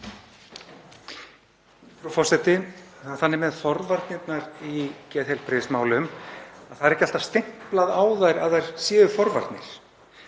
þannig með forvarnirnar í geðheilbrigðismálum að það er ekki alltaf stimplað á þær að þær séu forvarnir.